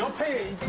um pay